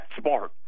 smart